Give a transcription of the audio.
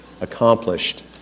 accomplished